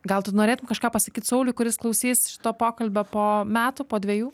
gal tu norėtum kažką pasakyt sauliui kuris klausys šito pokalbio po metų po dvejų